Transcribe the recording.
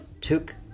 Took